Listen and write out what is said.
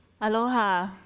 Aloha